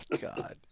God